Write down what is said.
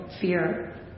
fear